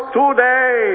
today